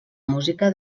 música